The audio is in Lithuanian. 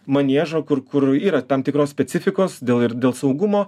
maniežo kur kur yra tam tikros specifikos dėl ir dėl saugumo